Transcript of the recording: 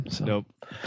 Nope